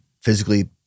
physically